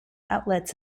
outlets